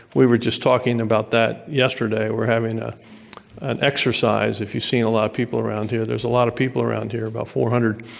we were just talking about that yesterday. we were having ah an exercise. if you've seen a lot of people around here there's a lot of people around here, about four hundred,